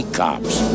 cops